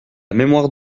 mémoire